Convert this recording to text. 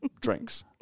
drinks